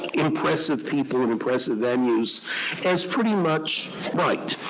impressive people and impressive venues as pretty much right.